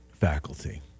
faculty